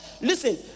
listen